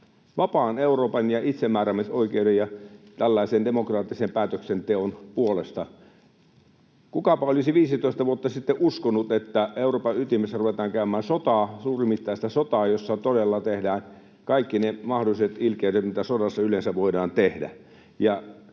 vapaan Euroopan ja itsemääräämisoikeuden ja demokraattisen päätöksenteon puolesta. Kukapa olisi 15 vuotta sitten uskonut, että Euroopan ytimessä ruvetaan käymään sotaa, suurimittaista sotaa, jossa todella tehdään kaikki ne mahdolliset ilkeydet, mitä sodassa yleensä voidaan tehdä.